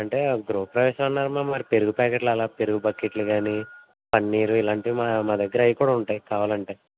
అంటే గృహప్రవేశం అన్నారు అమ్మా మరి పెరుగు ప్యాకెట్లు అలా పెరుగు బకెట్లు గానీ పన్నీరు ఇలాంటివి మా మా దగ్గర అయి కూడా ఉంటాయి కావాలంటే